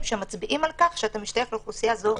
שמצביעים על כך שאתה משתייך לאוכלוסייה זו.